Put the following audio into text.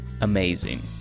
amazing